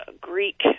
Greek